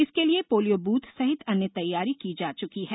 इसके लिए polio booth सहित अन्य तैयारी की जा चुकी है